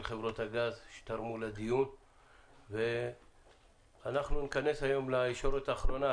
חברות הגז שתרמו לדיון ואנחנו ניכנס היום לישורת האחרונה,